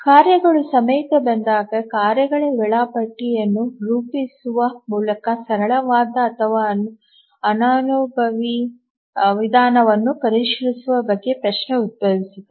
ಕಾರ್ಯಗಳು ಸಮಯಕ್ಕೆ ಬಂದಾಗ ಕಾರ್ಯಗಳ ವೇಳಾಪಟ್ಟಿಯನ್ನು ರೂಪಿಸುವ ಮೂಲಕ ಸರಳವಾದ ಅಥವಾ ಅನನುಭವಿ ವಿಧಾನವನ್ನು ಪರಿಶೀಲಿಸುವ ಬಗ್ಗೆ ಪ್ರಶ್ನೆ ಉದ್ಭವಿಸುತ್ತದೆ